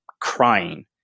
crying